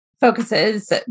focuses